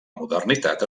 modernitat